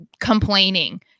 complaining